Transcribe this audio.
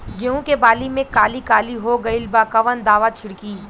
गेहूं के बाली में काली काली हो गइल बा कवन दावा छिड़कि?